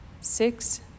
six